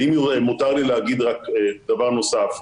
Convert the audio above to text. ואם מותר לי להגיד רק דבר נוסף.